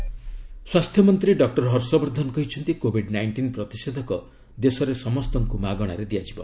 ହର୍ଷବର୍ଦ୍ଧନ ଭାକ୍ନିନ୍ ସ୍ୱାସ୍ଥ୍ୟମନ୍ତ୍ରୀ ଡକ୍ଟର ହର୍ଷବର୍ଦ୍ଧନ କହିଛନ୍ତି କୋବିଡ ନାଇଷ୍ଟିନ୍ ପ୍ରତିଷେଧକ ଦେଶରେ ସମସ୍ତଙ୍କୁ ମାଗଣାରେ ଦିଆଯିବ